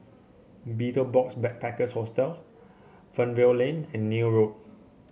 Betel Box Backpackers Hostel Fernvale Lane and Neil Road